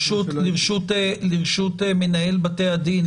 לרשות מנהל בתי הדין,